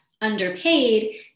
underpaid